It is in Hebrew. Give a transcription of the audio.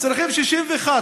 צריכים 61,